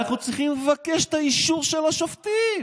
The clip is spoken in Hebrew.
אנחנו צריכים לבקש את האישור של השופטים.